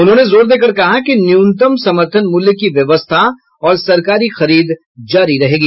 उन्होंने जोर देकर कहा कि न्यूनतम समर्थन मूल्य की व्यवस्था और सरकारी खरीद जारी रहेगी